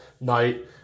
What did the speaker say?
night